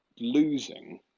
losing